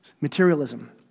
materialism